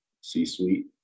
c-suite